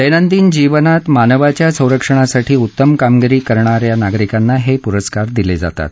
दैनंदिन जीवनात मानवाच्या संरक्षणासाठी उत्तम कामगिरी करणा या नागरिकांना हे पुरस्कार दिले जातात